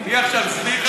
תהיה עכשיו זליכה,